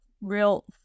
real